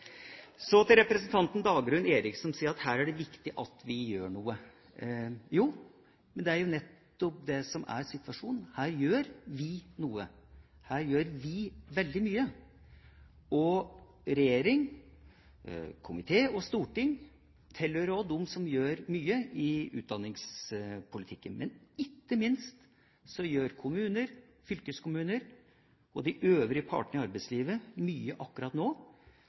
Så til representanten Dagrun Eriksen, som sier at her er det viktig at vi gjør noe. Men det er jo nettopp det som er situasjonen, her gjør vi noe! Her gjør vi veldig mye. Regjering, komité og storting tilhører dem som gjør mye i utdanningspolitikken, men ikke minst gjør kommuner, fylkeskommuner og de øvrige partene i arbeidslivet mye akkurat nå,